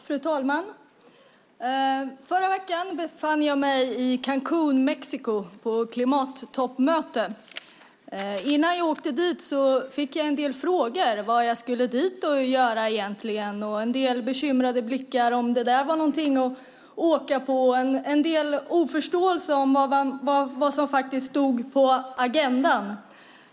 Fru talman! Förra veckan befann jag mig i Cancún, Mexiko, på klimattoppmöte. Innan jag åkte dit fick jag en del frågor om vad jag skulle dit och göra egentligen. Jag fick en del bekymrade blickar, och man undrade om det där var någonting att åka på. Det kom fram en del oförståelse när det gäller vad som faktiskt stod på agendan.